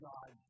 God